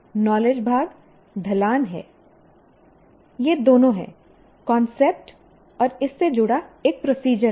knowledge भाग ढलान है यह दोनों है कांसेप्ट और इससे जुड़ा एक प्रोसीजर है